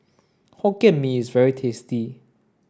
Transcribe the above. Hokkien Mee is very tasty